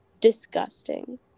disgusting